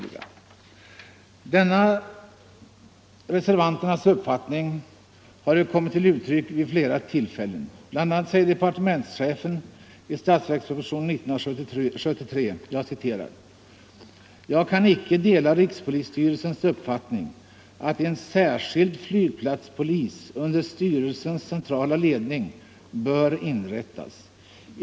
= vid de större Denna reservanternas uppfattning har kommit till uttryck vid flera — flygplatserna tillfällen, bl.a. säger departementschefen i statsverkspropositionen 1973: ”Jag kan icke dela rikspolisstyrelsens uppfattning att en särskild flygplatspolis under styrelsens centrala ledning bör inrättas.